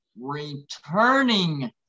returning